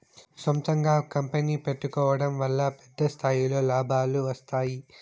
సొంతంగా కంపెనీ పెట్టుకోడం వల్ల పెద్ద స్థాయిలో లాభాలు వస్తాయి